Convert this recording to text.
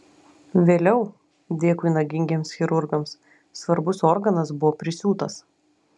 vėliau dėkui nagingiems chirurgams svarbus organas buvo prisiūtas